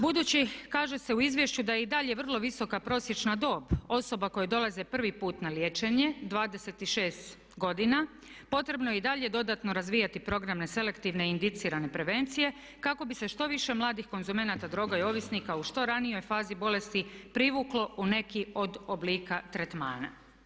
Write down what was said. Budući kaže se u izvješću da je i dalje vrlo visoka prosječna dob osoba koje dolaze prvi put na liječenje, 6 godina, potrebno je i dalje razvijati programe selektivne, indicirane prevencije kako bi se što više mladih konzumenata droga i ovisnika u što ranijoj fazi bolesti privuklo u neki od oblika tretmana.